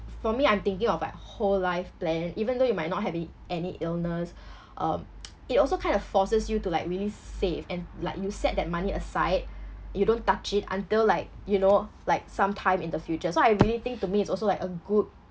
for me I'm thinking of like whole life plan even though you might not having a~ any illness um it also kind of forces you to like really save and like you set that money aside you don't touch it until like you know like sometime in the future so I really think to me it's also like a good